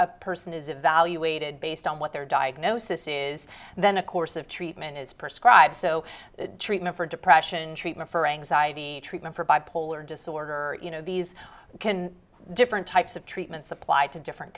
a person is evaluated based on what their diagnosis is and then a course of treatment is prescribe so treatment for depression treatment for anxiety treatment for bipolar disorder or you know these can different types of treatments applied to different